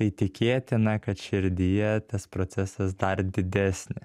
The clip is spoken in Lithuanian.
tai tikėtina kad širdyje tas procesas dar didesnis